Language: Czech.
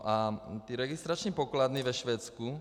A ty registrační pokladny ve Švédsku.